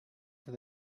that